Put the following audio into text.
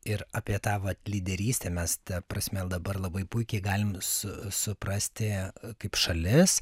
ir apie tą vat lyderystę mes ta prasme dabar labai puikiai galim su suprasti kaip šalis